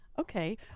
Okay